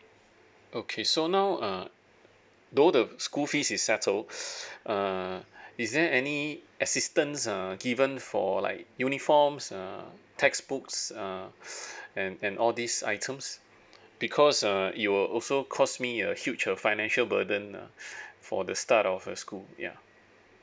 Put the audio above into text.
okay so now uh though the school fees is settled err is there any assistance uh given for like uniforms err textbooks uh and and all these items because uh it will also cost me a huge financial burden uh for the start of a school ya